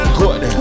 good